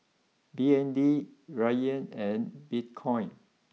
B N D Riyal and Bitcoin